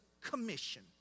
commission